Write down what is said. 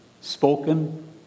spoken